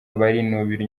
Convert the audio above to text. barinubira